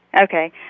Okay